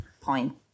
point